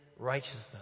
Righteousness